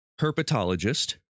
Herpetologist